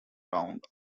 round